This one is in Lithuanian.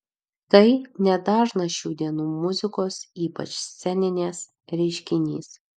tai nedažnas šių dienų muzikos ypač sceninės reiškinys